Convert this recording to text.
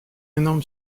énorme